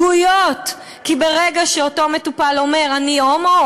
כי באותו רגע שהמטופל אומר: אני הומו,